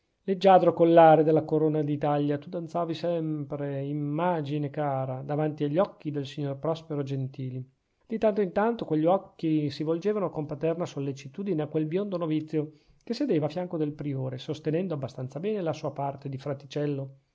leggiadro collare della corona d'italia tu danzavi sempre immagine cara davanti agli occhi del signor prospero gentili di tanto in tanto quegli occhi si volgevano con paterna sollecitudine a quel biondo novizio che sedeva a fianco del priore sostenendo abbastanza bene la sua parte di fraticello